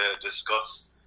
discuss